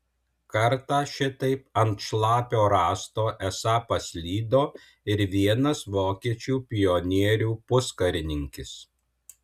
kartą šitaip ant šlapio rąsto esą paslydo ir vienas vokiečių pionierių puskarininkis